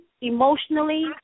emotionally